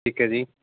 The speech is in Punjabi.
ਠੀਕ ਹੈ ਜੀ